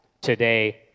today